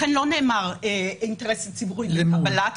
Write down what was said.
לכן לא נאמר "האינטרס הציבורי לקבלת